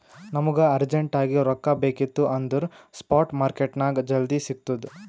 ನಮುಗ ಅರ್ಜೆಂಟ್ ಆಗಿ ರೊಕ್ಕಾ ಬೇಕಿತ್ತು ಅಂದುರ್ ಸ್ಪಾಟ್ ಮಾರ್ಕೆಟ್ನಾಗ್ ಜಲ್ದಿ ಸಿಕ್ತುದ್